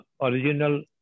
original